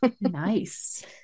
Nice